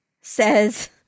says